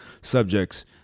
subjects